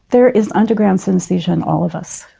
there is underground synaesthesia in all of us.